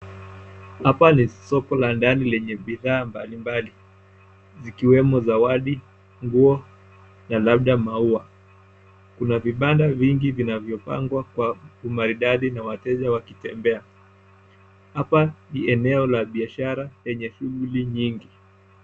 Hapa ni soko la ndani lenye bidhaa mbalimbali zikiwemo zawadi, nguo na labda maua. Kuna vibanda vingi vinavyopangwa kwa umaridadi na wateja wakitembea. Hapa ni eneo la biashara lenye shughuli nyingi.